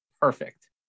perfect